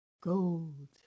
gold